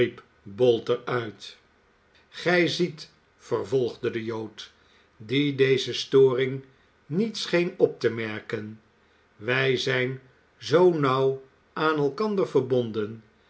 bolter uit gij ziet vervolgde de jood die deze storing niet scheen op te merken wij zijn zoo nauw aan elkander verbonden